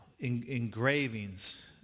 Engravings